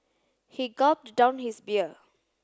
he gulped down his beer